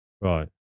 Right